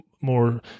more